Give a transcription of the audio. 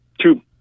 two